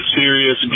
serious